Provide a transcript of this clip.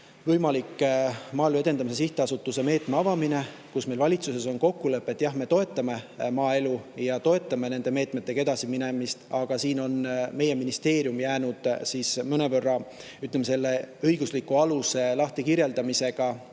võimalik Maaelu Edendamise Sihtasutuse meetme avamine. Meil valitsuses on kokkulepe, et jah, me toetame maaelu ja toetame nende meetmetega edasiminemist, aga meie ministeerium on jäänud mõnevõrra, ütleme, selle õigusliku aluse kirjeldamisega